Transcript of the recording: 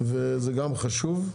גם חשוב.